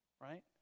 right